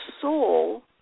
soul